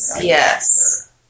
Yes